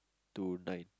to nine